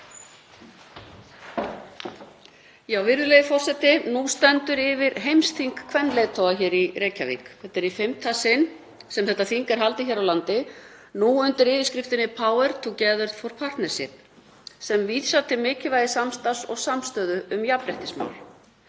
Virðulegur forseti. Nú stendur yfir heimsþing kvenleiðtoga í Reykjavík. Þetta er í fimmta sinn sem þetta þing er haldið hér á landi, nú undir yfirskriftinni „Power, Together for Partnership“, sem vísar til mikilvægis samstarfs og samstöðu um jafnréttismál.